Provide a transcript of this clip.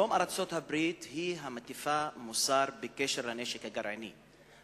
היום ארצות-הברית מטיפה מוסר בעניין הנשק הגרעיני,